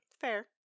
Fair